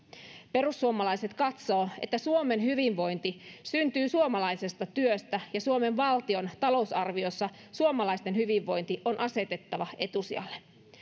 perussuomalaiset katsoo että suomen hyvinvointi syntyy suomalaisesta työstä ja että suomen valtion talousarviossa suomalaisten hyvinvointi on asetettava etusijalle